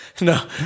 no